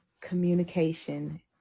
communication